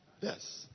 Yes